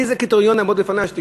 איזה קריטריון יעמוד בפניה כדי שתקבע?